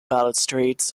balustrades